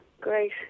Great